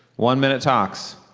one minute talks.